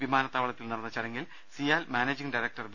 വിമാനത്താവളത്തിൽ നടന്ന ചടങ്ങിൽ സിയാൽ മാനേജിംഗ് ഡയറക്ടർ വി